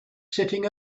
sitting